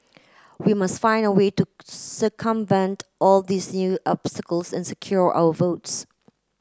we must find a way to circumvent all these new obstacles and secure our votes